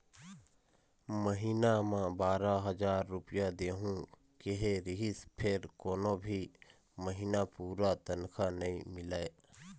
महिना म बारा हजार रूपिया देहूं केहे रिहिस फेर कोनो भी महिना पूरा तनखा नइ मिलय